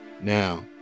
Now